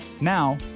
Now